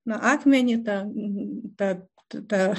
na akmenį tą tą